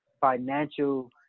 financial